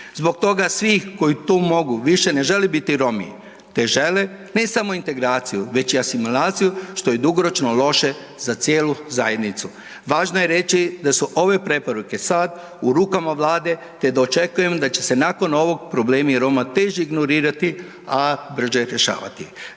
Zbog toga svi koji to mogu više ne žele biti Romi te žele ne samo integraciju, već i asimilaciju što je dugoročno loše za cijelu zajednicu. Važno je reći da su ove preporuke sada u rukama Vlade te da očekujem da će se nakon ovog problemi Roma teže ignorirati, a brže rješavati.